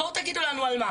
בואו תגידו לנו על מה.